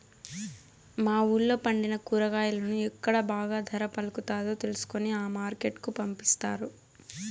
మా వూళ్ళో పండిన కూరగాయలను ఎక్కడ బాగా ధర పలుకుతాదో తెలుసుకొని ఆ మార్కెట్ కు పంపిస్తారు